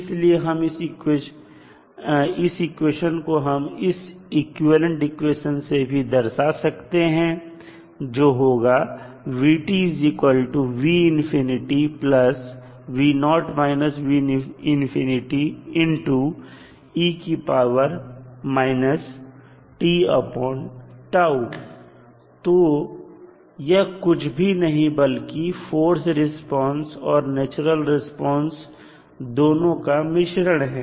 इसलिए इस इक्वेशन को हम इस इक्विवेलेंट इक्वेशन से भी दर्शा सकते हैं जो होगा तो यह कुछ भी नहीं बल्कि फोर्स रिस्पांस और नेचुरल रिस्पांस दोनों का मिश्रण है